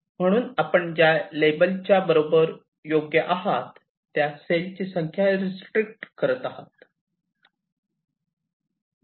म्हणून आपण ज्या लेबलच्या बरोबर योग्य आहात त्या सेलची संख्या रीस्ट्रिक्ट करत आहात